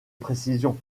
précision